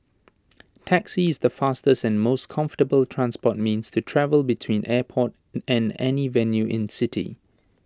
taxi is the fastest and most comfortable transport means to travel between airport and any venue in city